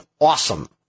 awesome